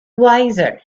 wiser